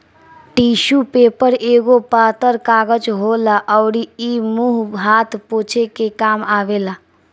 tissue paper एगो पातर कागज होला अउरी इ मुंह हाथ पोछे के काम आवेला